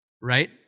Right